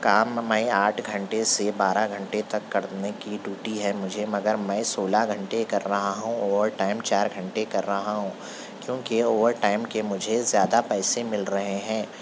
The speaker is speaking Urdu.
کام میں آٹھ گھنٹے سے بارہ گھنٹے تک کرنے کی ڈیوٹی ہے مجھے مگر میں سولہ گھنٹے کر رہا ہوں اوور ٹائم چار گھنٹے کر رہا ہوں کیوں کہ اوور ٹائم کے مجھے زیادہ پیسے مل رہے ہیں